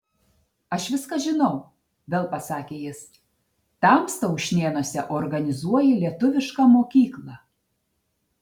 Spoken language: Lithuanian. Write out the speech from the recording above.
aš viską žinau vėl pasakė jis tamsta ušnėnuose organizuoji lietuvišką mokyklą